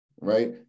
right